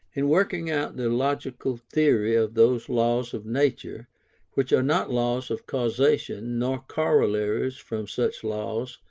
in working out the logical theory of those laws of nature which are not laws of causation, nor corollaries from such laws,